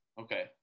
Okay